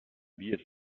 bier